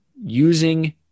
using